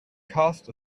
cast